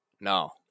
No